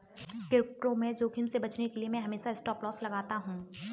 crypto में जोखिम से बचने के लिए मैं हमेशा स्टॉपलॉस लगाता हूं